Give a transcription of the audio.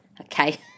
Okay